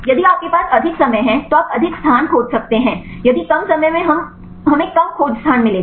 यदि आपके पास अधिक समय है तो आप अधिक स्थान खोज सकते हैं यदि कम समय में हमें कम खोज स्थान मिलेगा